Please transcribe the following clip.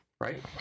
right